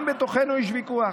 גם בתוכנו יש ויכוח,